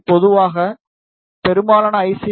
எனவே பொதுவாக பெரும்பாலான ஐ